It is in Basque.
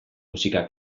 musika